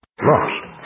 lost